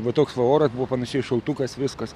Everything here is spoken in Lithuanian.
va toks va oras buvo panašiai šaltukas viskas